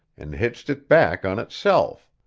and hitched it back on itself.